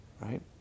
Right